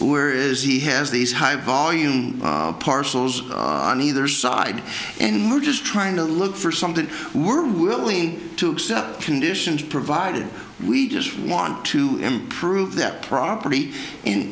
where is he has these high volume parcels on either side and we're just trying to look for something we're willing to accept conditions provided we just want to improve that property